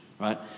right